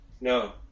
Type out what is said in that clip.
No